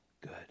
good